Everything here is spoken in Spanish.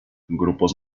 grupos